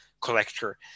collector